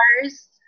cars